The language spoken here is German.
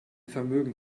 vermögen